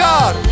God